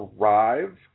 Arrive